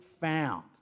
found